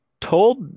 told